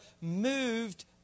moved